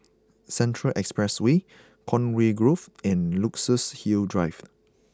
Central Expressway Conway Grove and Luxus Hill Drive